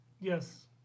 Yes